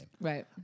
Right